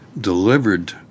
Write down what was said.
delivered –